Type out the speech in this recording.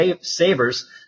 savers